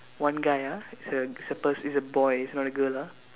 one guy ah it's a it's a pers~ it's a boy it's not girl ah